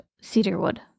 cedarwood